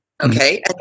Okay